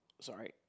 sorry